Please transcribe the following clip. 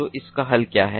तो इसका हल क्या है